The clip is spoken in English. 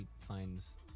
finds